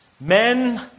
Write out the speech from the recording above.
Men